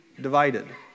divided